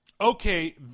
okay